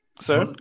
sir